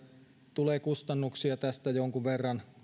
tulee kustannuksia tästä jonkun verran